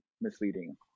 misleading